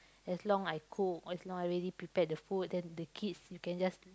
as long I cook as long I already prepare the food then the kids you can just